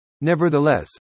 Nevertheless